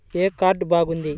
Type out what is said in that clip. ఏ card బాగుంది?